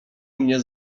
mnie